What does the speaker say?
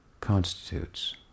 constitutes